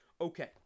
Okay